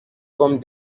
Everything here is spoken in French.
comme